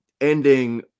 ending